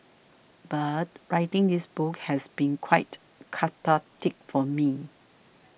but writing this book has been quite cathartic for me